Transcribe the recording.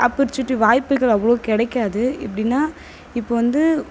opportunity வாய்ப்புகள் அவ்வளோ கிடைக்காது எப்படினா இப்போது வந்து